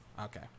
Okay